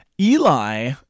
Eli